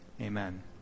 amen